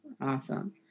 Awesome